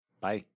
Bye